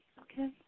okay